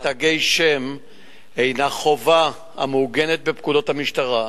תגי שם הינה חובה המעוגנת בפקודות המשטרה,